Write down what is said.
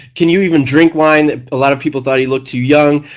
can you even drink wine. a lot of people thought he looked too young,